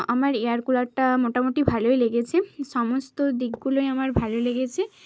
আমার এয়ার কুলারটা মোটামুটি ভালোই লেগেছে সমস্ত দিকগুলোই আমার ভালো লেগেছে